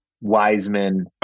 Wiseman